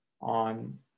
on